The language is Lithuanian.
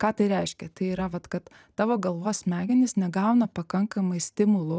ką tai reiškia tai yra vat kad tavo galvos smegenys negauna pakankamai stimulų